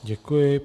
Děkuji.